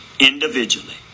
individually